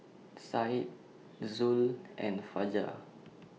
Said Zul and Fajar